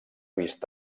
vist